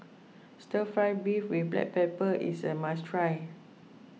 Stir Fry Beef with Black Pepper is a must try